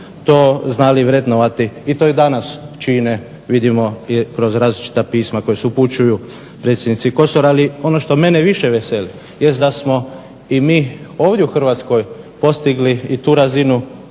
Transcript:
to znali vrednovati i to i danas čine vidimo kroz različita pisma koja se upućuju predsjednici Kosor. Ali ono što mene više veseli jest da smo i mi ovdje u Hrvatskoj postigli i tu razinu